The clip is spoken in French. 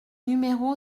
numéro